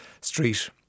Street